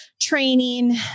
training